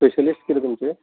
specialist कितें तुमचें